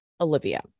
Olivia